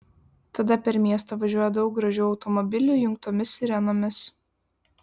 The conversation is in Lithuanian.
tada per miestą važiuoja daug gražių automobilių įjungtomis sirenomis